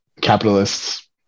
capitalists